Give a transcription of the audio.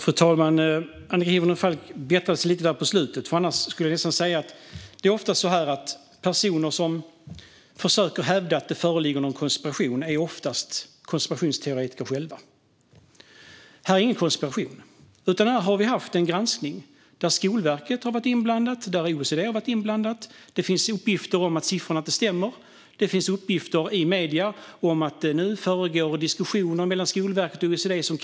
Fru talman! Annika Hirvonen Falk bättrade sig lite grann på slutet. Det är ofta så att personer som försöker hävda att det föreligger en konspiration själva är konspirationsteoretiker. Här är ingen konspiration, utan här har det varit en granskning där Skolverket har varit inblandat och där OECD har varit inblandat. Det finns uppgifter om att siffrorna inte stämmer, och det finns uppgifter i medierna om att det nu föregår diskussioner mellan Skolverket och OECD.